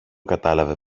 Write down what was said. κατάλαβε